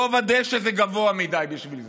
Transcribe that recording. גובה דשא זה גבוה מדי בשביל זה.